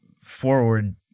forward